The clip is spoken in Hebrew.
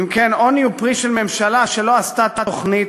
אם כן, עוני הוא פרי של ממשלה שלא עשתה תוכנית